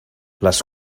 les